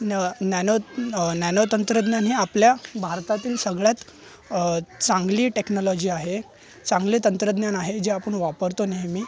न nano nano तंत्रज्ञान हे आपल्या भारतातील सगळ्यात चांगली टेक्नोलोजी आहे चांगले तंत्रज्ञान आहे जे आपण वापरतो नेहमी